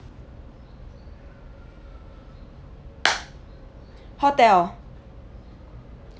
hotel